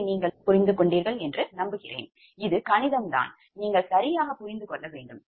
இதை நீங்கள் புரிந்து கொண்டீர்கள் என்று நம்புகிறேன் இது கணிதம் தான் நீங்கள் சரியாக புரிந்து கொள்ள வேண்டும்